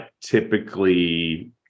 typically